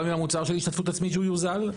גם עם המוצר של השתתפות עצמית שהוא יוזל.